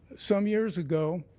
some years ago,